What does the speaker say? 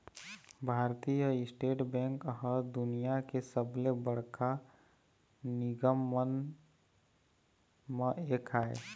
भारतीय स्टेट बेंक ह दुनिया के सबले बड़का निगम मन म एक आय